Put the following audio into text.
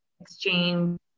exchange